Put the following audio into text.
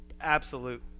absolute